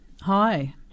Hi